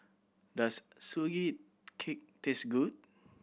does Sugee Cake taste good